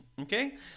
okay